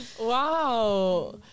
Wow